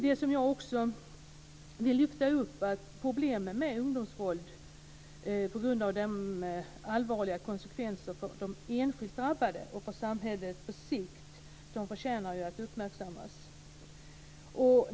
Det som jag också vill lyfta upp är att problemen med ungdomsvåld på grund av de allvarliga konsekvenserna för de enskilt drabbade och för samhället på sikt förtjänar att uppmärksammas.